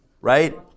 Right